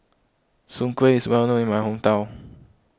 Soon Kway is well known in my hometown